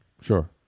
sure